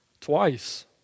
twice